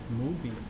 Movie